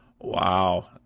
Wow